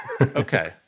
Okay